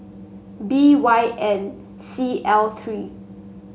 B Y N C L three